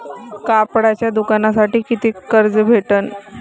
कापडाच्या दुकानासाठी कितीक कर्ज भेटन?